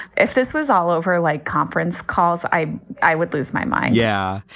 if this was all over like conference calls, i i would lose my mind yeah,